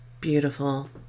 beautiful